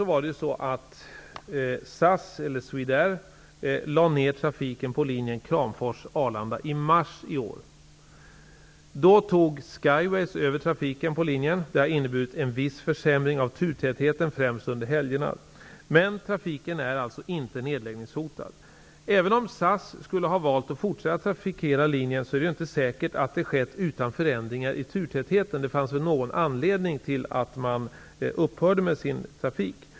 Swedeair lade ner trafiken på linjen Kramfors--Arlanda i mars i år. Då tog Skyways över trafiken på linjen. Det har inneburit en viss försämring av turtätheten, främst under helgerna, men trafiken är inte nedläggningshotad. Om SAS skulle ha valt att fortsätta trafikera linjen, är det inte säkert att det hade skett utan förändringar i turtätheten -- det fanns väl någon anledning till att SAS upphörde med sin trafik.